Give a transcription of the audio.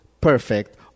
perfect